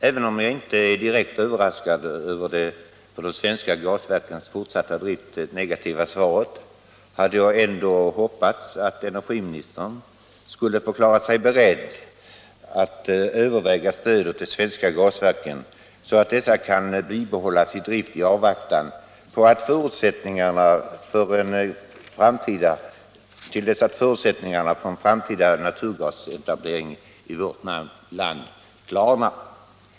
Även om jag inte är direkt överraskad över det för de svenska gasverkens fortsatta drift negativa svaret hade jag ändå hoppats att energiministern skulle ha förklarat sig beredd att överväga stödet till de svenska gasverken så att dessa kan behållas i drift i avvaktan på att förutsättningarna för en framtida naturgasetablering i vårt land har klarnat.